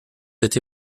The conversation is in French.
été